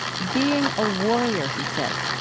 being a warrior, he says,